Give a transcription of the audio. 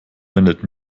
wendet